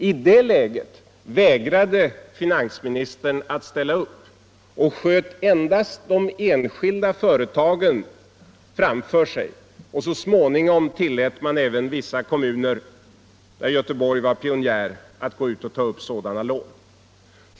I det läget vägrade finansministern att ställa upp och sköt endast de enskilda företagen framför = sig. Så småningom tillät man även vissa kommuner, där Göteborg var — Den ekonomiska pionjär, att ta upp sådana lån.